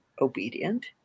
obedient